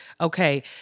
Okay